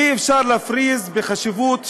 אי-אפשר להפריז בחשיבות שניהם,